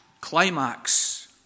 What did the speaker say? climax